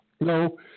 No